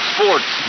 Sports